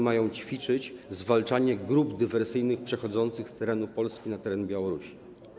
Mają one ćwiczyć zwalczanie grup dywersyjnych przechodzących z terenu Polski na teren Białorusi.